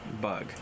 Bug